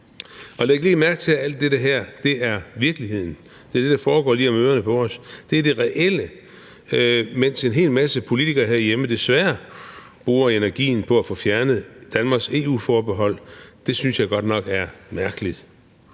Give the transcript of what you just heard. Og læg lige mærke til, at alt dette her er virkeligheden – det er det, der foregår lige om ørerne på os. Det er det reelle, mens en hel masse politikere herhjemme desværre bruger energien på at få fjernet Danmarks EU-forbehold. Det synes jeg godt nok er mærkeligt.